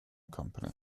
company